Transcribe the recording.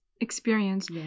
experience